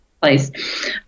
place